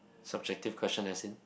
subjective question I've seen